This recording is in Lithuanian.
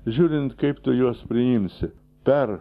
žiūrint kaip tu juos priimsi per